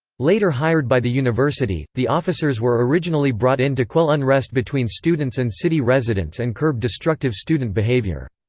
later hired by the university, the officers were originally brought in to quell unrest between students and city residents and curb destructive student behavior.